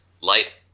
light